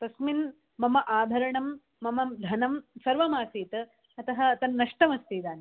तस्मिन् मम आभरणं मम धनं सर्वमासीत् अतः तन्नष्टमस्ति इदानीम्